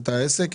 את העסק?